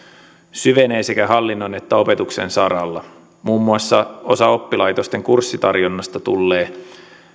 syvenee sekä hallinnon että opetuksen saralla muun muassa osa oppilaitosten kurssitarjonnasta tullee